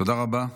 תודה רבה.